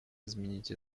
изменить